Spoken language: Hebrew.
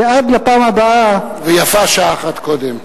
ועד לפעם הבאה, ויפה שעה אחת קודם.